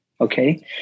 Okay